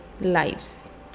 lives